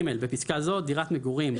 (ג) בפסקה זו " דירת מגורים"